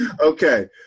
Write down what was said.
Okay